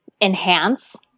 enhance